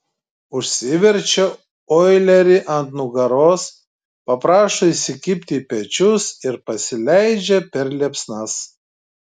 užsiverčia oilerį ant nugaros paprašo įsikibti į pečius ir pasileidžia per liepsnas